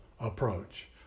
approach